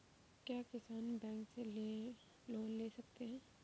क्या किसान बैंक से लोन ले सकते हैं?